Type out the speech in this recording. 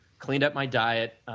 cleaned up my diet,